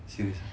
serious ah